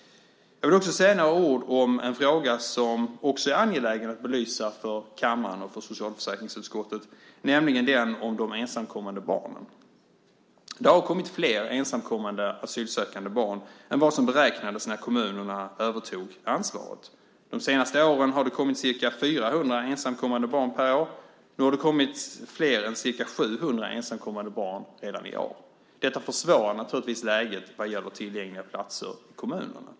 Jag vill också säga några ord om en fråga som också är angelägen att belysa för kammaren och för socialförsäkringsutskottet, nämligen den om de ensamkommande barnen. Det har kommit flera ensamkommande asylsökande barn än vad som beräknades när kommunerna övertog ansvaret. De senaste åren har det kommit ca 400 ensamkommande barn per år. Nu har det kommit flera än 700 ensamkommande barn redan i år. Detta försvårar naturligtvis läget vad gäller tillgängliga platser i kommunerna.